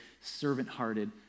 servant-hearted